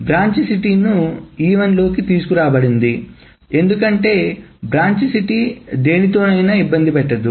కాబట్టి branch city ను E1లోకి తీసుకురాబడింది ఎందుకంటే బ్రాంచ్ సిటీ దేనితోనైనా ఇబ్బంది పెట్టదు